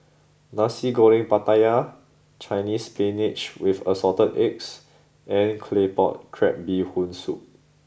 Nasi Goreng Pattaya Chinese Spinach with Assorted Eggs and Claypot Crab Bee Hoon Soup